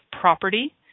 property